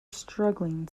struggling